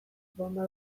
bonba